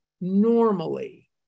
normally